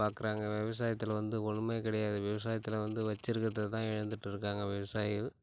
பார்க்குறாங்க விவசாயத்தில் வந்து ஒன்றுமே கிடையாது விவசாயத்தில் வந்து வச்சிருக்கிறதுதான் இழந்திகிட்டுருக்காங்க விவசாயிகள்